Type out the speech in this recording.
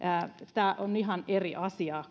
tämä koskee ihan eri asiaa